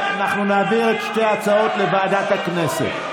אנחנו נעביר את שתי ההצעות לוועדת הכנסת.